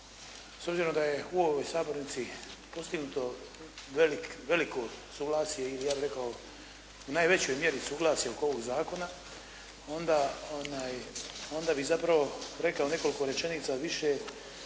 s obzirom da je u ovoj sabornici postignuto veliko suglasje i ja bih rekao u najvećoj mjeri suglasje oko ovog zakona onda bih zapravo rekao nekoliko rečenica više